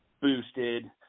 boosted